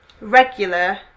regular